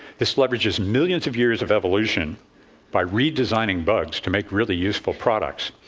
this leverages millions of years of evolution by redesigning bugs to make really useful products.